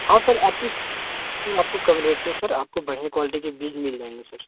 हाँ सर आपको सर आपको कम रेट में सर आपको बढ़िया क्वालटी के बीज मिल जाएँगे सर